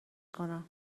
کنم